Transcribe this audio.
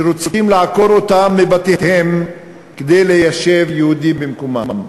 שרוצים לעקור אותם מבתיהם כדי ליישב יהודים במקומם.